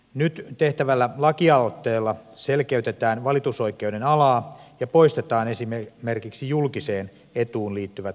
nyt tehtävällä lakialoitteella selkeytetään valitusoikeuden alaa ja poistetaan esimerkiksi julkiseen etuun liittyvät tulkintaongelmat